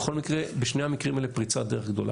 בכל מקרה, בשני המקרים האלה פריצת דרך גדולה.